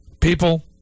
people